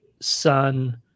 son